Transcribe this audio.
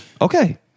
Okay